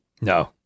No